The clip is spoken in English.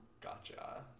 Gotcha